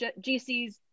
GCs